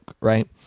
Right